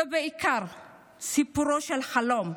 זהו בעיקר סיפורו של חלום.